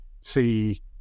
see